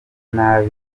nabi